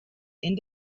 end